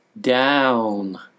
down